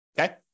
Okay